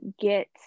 get